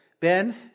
Ben